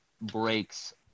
breaks